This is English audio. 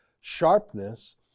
sharpness